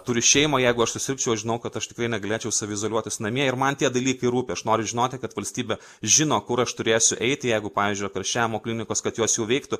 turi šeimą jeigu aš susirgčiau aš žinau kad aš tikrai negalėčiau savi izoliuotis namie ir man tie dalykai rūpi aš noriu žinoti kad valstybė žino kur aš turėsiu eiti jeigu pavyzdžiui karščiavimo klinikos kad jos jau veiktų